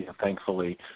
thankfully